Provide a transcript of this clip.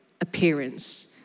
appearance